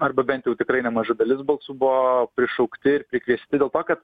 arba bent jau tikrai nemaža dalis balsų buvo prišaukti ir prikviesti dėl to kad